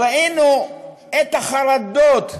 ראינו את החרדות,